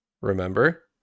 Remember